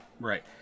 Right